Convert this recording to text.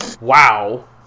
wow